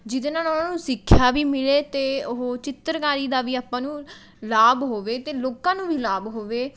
ਜਿਹਦੇ ਨਾਲ਼ ਉਹਨਾਂ ਨੂੰ ਸਿੱਖਿਆ ਵੀ ਮਿਲੇ ਅਤੇ ਉਹ ਚਿੱਤਰਕਾਰੀ ਦਾ ਵੀ ਆਪਾਂ ਨੂੰ ਲਾਭ ਹੋਵੇ ਅਤੇ ਲੋਕਾਂ ਨੂੰ ਵੀ ਲਾਭ ਹੋਵੇ